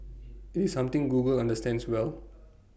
IT is something Google understands well